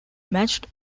matched